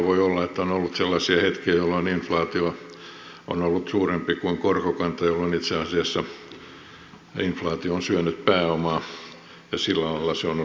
voi olla että on ollut sellaisia hetkiä jolloin inflaatio on ollut suurempi kuin korkokanta jolloin itse asiassa inflaatio on syönyt pääomaa ja sillä lailla se on ollut edullista käyttää